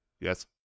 yes